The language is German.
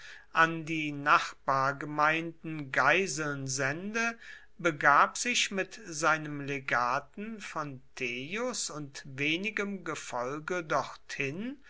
an die nachbargemeinden geiseln sende begab sich mit seinem legaten fonteius und wenigem gefolge dorthin